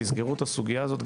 תסגרו את הסוגייה הזאת,